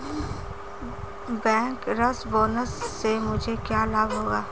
Bankers bonus से मुझे क्या लाभ होगा?